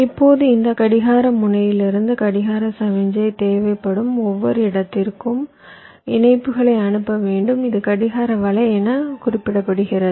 இப்போது இந்த கடிகார முனையிலிருந்து கடிகார சமிக்ஞை தேவைப்படும் ஒவ்வொரு இடத்திற்கும் இணைப்புகளை அனுப்ப வேண்டும் இது கடிகார வலை என குறிப்பிடப்படுகிறது